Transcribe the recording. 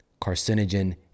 carcinogen